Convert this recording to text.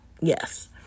Yes